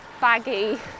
baggy